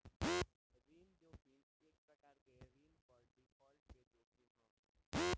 ऋण जोखिम एक प्रकार के ऋण पर डिफॉल्ट के जोखिम ह